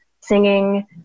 singing